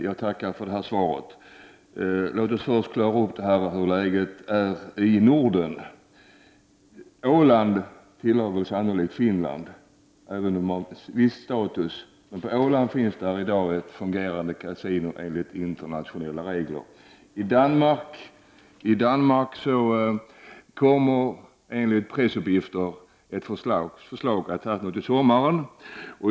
Herr talman! Jag tackar för svaret. Låt oss först klara ut hur läget är i Norden. Åland, som ju tillhör Finland, även om man har en viss ”självständig” status, har i dag ett fungerande kasino enligt internationella regler. I Danmark kommer enligt pressuppgifter ett förslag att tas till sommaren.